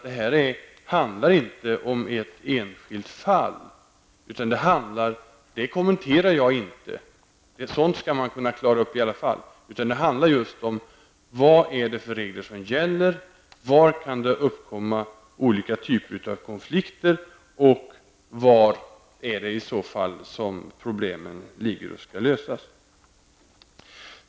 Det här handlar inte om ett enskilt fall -- jag kommenterar inte sådana, sådant skall man kunna klara av i alla fall -- utan det handlar just om vilka regler som gäller, var det kan uppkomma olika typer av konflikter och var problemen i så fall skall lösas.